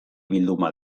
bilduma